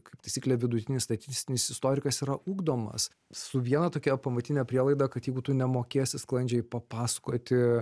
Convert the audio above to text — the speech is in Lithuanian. kaip taisyklė vidutinis statistinis istorikas yra ugdomas su viena tokia pamatine prielaida kad jeigu tu nemokėsi sklandžiai papasakoti